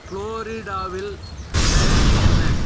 புளோரிடாவில் time என்ன